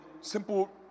simple